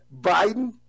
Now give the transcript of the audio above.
Biden